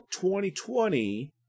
2020